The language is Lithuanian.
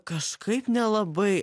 kažkaip nelabai